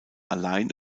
allein